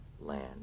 land